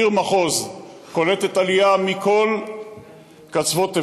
עיר מחוז שקולטת עלייה מכל קצוות תבל.